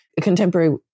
Contemporary